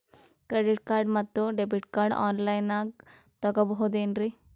Credit card ಮತ್ತು debit card ಆನ್ ಲೈನಾಗ್ ತಗೋಬಹುದೇನ್ರಿ?